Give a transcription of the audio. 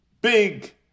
Big